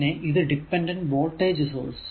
പിന്നെ ഇത് dependent voltage source